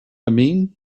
mean